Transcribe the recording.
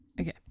Okay